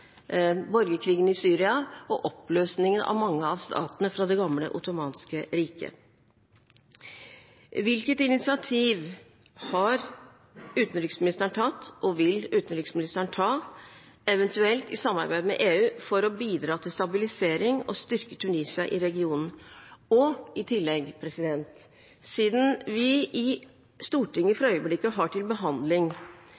borgerkrigen i Syria og oppløsningen av mange av statene fra det gamle ottomanske riket. Hvilket initiativ har utenriksministeren tatt og vil utenriksministeren ta, eventuelt i samarbeid med EU, for å bidra til stabilisering og å styrke Tunisia i regionen? I tillegg: Siden vi i Stortinget